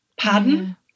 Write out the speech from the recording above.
Pardon